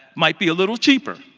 might be a little cheaper.